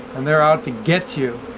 and they're out to get you,